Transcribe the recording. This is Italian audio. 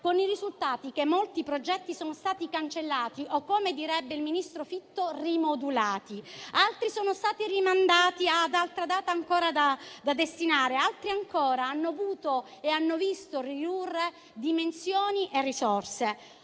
con il risultato che molti progetti sono stati cancellati o - come direbbe il ministro Fitto - rimodulati, altri sono stati rimandati ad altra data da destinare, altri ancora hanno visto ridurre dimensioni e risorse.